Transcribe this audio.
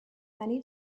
many